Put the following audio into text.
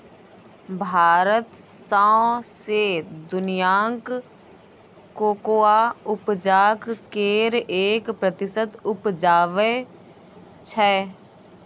भारत सौंसे दुनियाँक कोकोआ उपजाक केर एक प्रतिशत उपजाबै छै